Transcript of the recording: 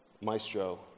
maestro